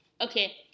Okay